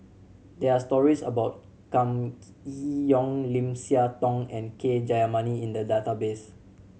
there are stories about Kam Yee Yong Lim Siah Tong and K Jayamani in the database